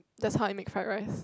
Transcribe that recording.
that's how I make fried rice